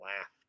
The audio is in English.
laughed